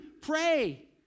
Pray